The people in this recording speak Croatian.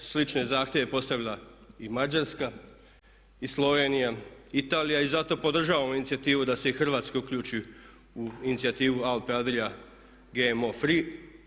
Slične zahtjeve je postavila i Mađarska i Slovenija, Italija i zato podržavam inicijativu da se i Hrvatska uključi u inicijativu Alpe Adria GMO free.